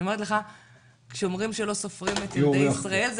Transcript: ואני אומרת לך כשאומרים לא סופרים את ילדי ישראל,